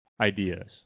ideas